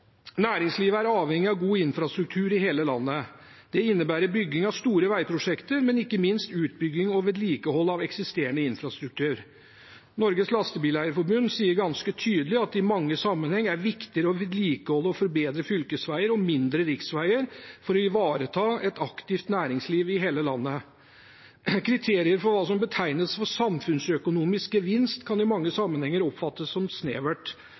Næringslivet er avhengig av god infrastruktur i hele landet. Det innebærer bygging av store veiprosjekter, men ikke minst utbygging og vedlikehold av eksisterende infrastruktur. Norges Lastebileier-Forbund sier ganske tydelig at det i mange sammenhenger er viktig å vedlikeholde og forbedre fylkesveier og mindre riksveier for å ivareta et aktivt næringsliv i hele landet. Kriterier for hva som betegnes som samfunnsøkonomisk gevinst, kan i mange sammenhenger oppfattes som snevert,